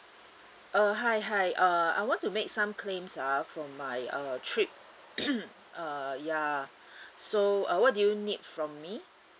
uh hi hi uh I want to make some claims ah for my uh trip uh ya so uh what do you need from me